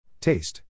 Taste